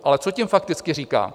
Ale co tím fakticky říkám?